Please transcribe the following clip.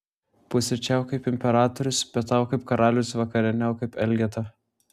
pusryčiauk kaip imperatorius pietauk kaip karalius vakarieniauk kaip elgeta